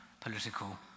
political